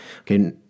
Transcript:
Okay